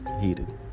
heated